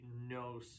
no